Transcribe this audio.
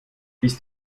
ist